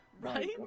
Right